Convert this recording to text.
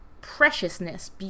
preciousness